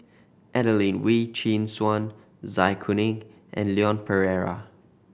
Adelene Wee Chin Suan Zai Kuning and Leon Perera